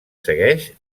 segueix